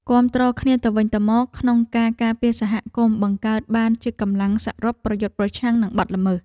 គាំទ្រគ្នាទៅវិញទៅមកក្នុងការការពារសហគមន៍បង្កើតបានជាកម្លាំងសរុបប្រយុទ្ធប្រឆាំងនឹងបទល្មើស។